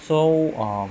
so uh